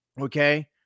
okay